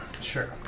Sure